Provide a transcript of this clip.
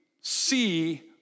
see